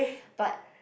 but